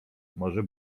może